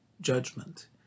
judgment